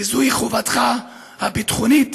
וזוהי חובתך הביטחונית